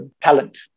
talent